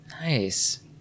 nice